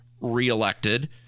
reelected